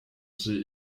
sehe